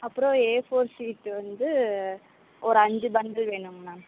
அப்பறம் A four sheet வந்து ஒரு அஞ்சு பண்டில் வேணுங்கண்ணா